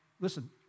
Listen